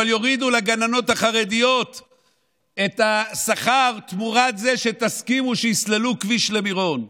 אבל יורידו לגננות החרדיות את השכר תמורת זה שתסכימו יסללו כביש למירון.